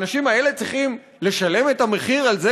האנשים האלה צריכים לשלם את המחיר על זה